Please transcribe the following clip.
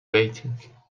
waiting